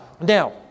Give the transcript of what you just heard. Now